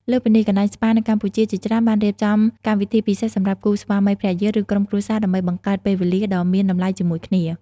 លើសពីនេះ កន្លែងស្ប៉ានៅកម្ពុជាជាច្រើនបានរៀបចំកម្មវិធីពិសេសសម្រាប់គូស្វាមីភរិយា ឬក្រុមគ្រួសារដើម្បីបង្កើតពេលវេលាដ៏មានតម្លៃជាមួយគ្នា។